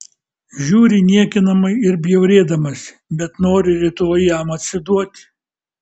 žiūri niekinamai ir bjaurėdamasi bet nori rytoj jam atsiduoti